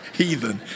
heathen